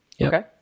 Okay